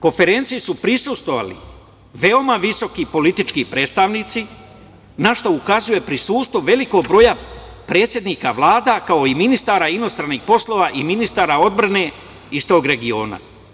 Konferenciji su prisustvovali veoma visoki politički predstavnici, na šta ukazuje prisustvo velikog broja predsednika Vlada, kao i ministara inostranih poslova i ministara odbrane iz tog regiona.